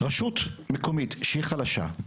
רשות מקומית שהיא חלשה,